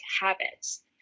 habits